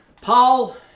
Paul